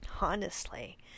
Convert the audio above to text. Honestly